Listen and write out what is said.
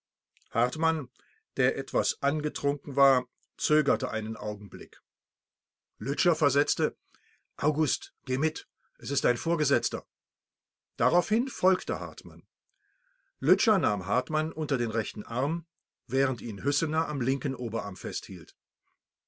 hartmann der etwas angetrunken war zögerte einen augenblick lütscher versetzte august gehe mit es ist dein vorgesetzter daraufhin folgte hartmann lütscher nahm hartmann unter den rechten arm während ihn hüssener am linken oberarm festhielt